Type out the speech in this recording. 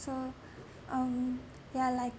so um yeah like